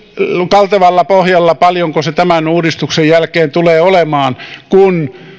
kaltevalla pohjalla paljonko se tämän uudistuksen jälkeen tulee olemaan kun